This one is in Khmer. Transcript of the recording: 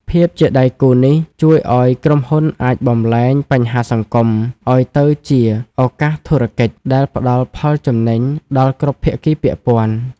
ភាពជាដៃគូនេះជួយឱ្យក្រុមហ៊ុនអាចបំប្លែង "បញ្ហាសង្គម" ឱ្យទៅជា "ឱកាសធុរកិច្ច" ដែលផ្ដល់ផលចំណេញដល់គ្រប់ភាគីពាក់ព័ន្ធ។